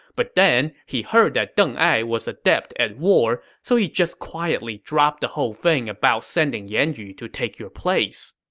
but then he heard that deng ai was adept at war, so he just quietly dropped the whole thing about sending yan yu to take your place.